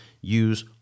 use